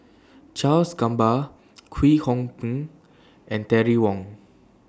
Charles Gamba Kwek Hong Png and Terry Wong